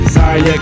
Sorry